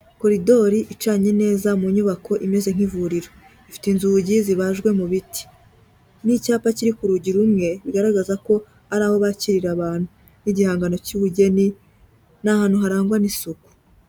Koridori icanye neza mu nyubako imeze nk'ivuriro, ifite inzugi zibajwe mu biti n'icyapa kiri ku rugi rumwe bigaragaza ko ari aho bakirira abantu n'igihangano cy'ubugeni, ni ahantu harangwa n'isuku.